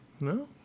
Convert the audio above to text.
No